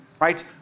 right